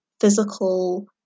physical